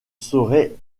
saurait